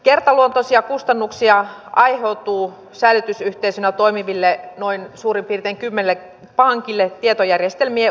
kertaluontoisia kustannuksia aiheutuu säilytysyhteisönä toimiville noin suurin piirtein kymmenelle pankille tietojärjestelmien uusimisesta